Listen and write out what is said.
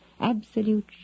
absolute